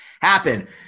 happen